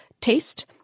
Taste